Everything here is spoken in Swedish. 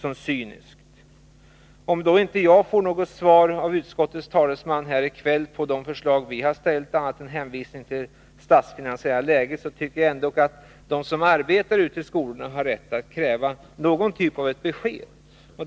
Om jag inte får något svar av utskottets talesman beträffande de förslag vi har framställt — annat än hänvisningar till det statsfinansiella läget — tycker jag ändå att de som arbetar ute i skolorna har rätt att kräva någon typ av besked.